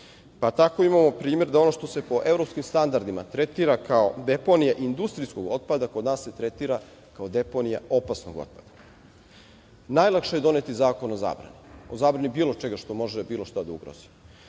pa tako imamo primer da ono što se po evropskim standardima tretira kao deponija industrijskog otpada, kod nas se tretira kao deponija opasnog otpada. Najlakše je doneti zakon o zabrani, o zabrani bilo čega što može, što može bilo šta da ugrozi.